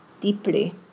deeply